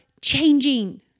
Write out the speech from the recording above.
changing